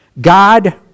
God